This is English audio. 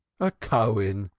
a cohen,